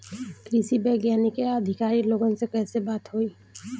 कृषि वैज्ञानिक या अधिकारी लोगन से कैसे बात होई?